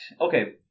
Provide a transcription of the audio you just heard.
Okay